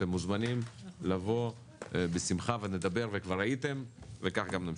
אתם מוזמנים לבוא בשמחה וכבר הייתם וכך גם נמשיך.